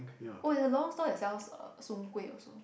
oh it's a long stall that sells uh soon-kueh also